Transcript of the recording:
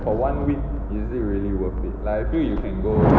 for one week is it really worth it like I feel you can go